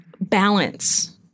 balance